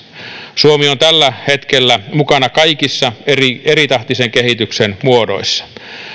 suomi on tällä hetkellä mukana kaikissa eritahtisen kehityksen muodoissa